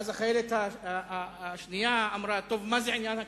ואז החיילת השנייה אמרה: טוב, מה זה עניין הכנסת?